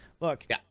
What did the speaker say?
Look